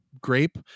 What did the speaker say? grape